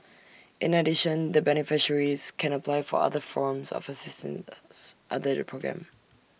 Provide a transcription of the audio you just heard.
in addition the beneficiaries can apply for other forms of assistance under the programme